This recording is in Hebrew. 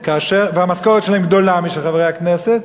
והמשכורת שלהם גדולה משל חברי הכנסת,